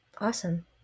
Awesome